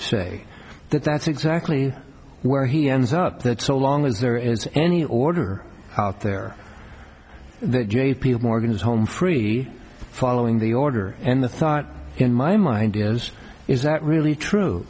say that that's exactly where he ends up that so long as there is any order out there j p morgan is home free following the order and the thought in my mind is is that really true